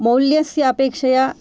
मौल्यस्य अपेक्षया